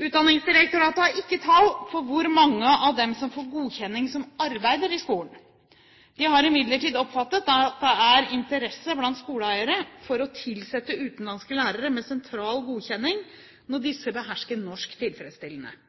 Utdanningsdirektoratet har ikke tall på hvor mange av dem som får godkjenning, som arbeider i skolen. De har imidlertid oppfattet at det er interesse blant skoleeiere for å tilsette utenlandske lærere med sentral godkjenning når disse behersker norsk tilfredsstillende.